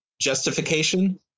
justification